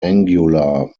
angular